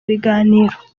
biganiro